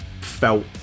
felt